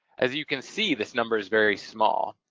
as you can see this number is very small.